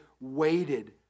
waited